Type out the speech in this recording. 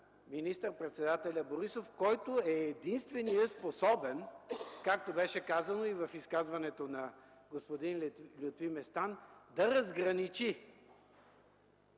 министър-председателя Борисов, който е единственият способен, както беше казано и в изказването на господин Лютви Местан, да разграничи